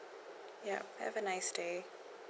yup have a nice day